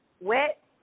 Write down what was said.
Wet